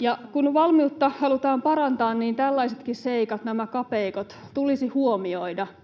Ja kun valmiutta halutaan parantaa, niin tällaisetkin seikat, nämä kapeikot, tulisi huomioida